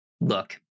Look